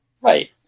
Right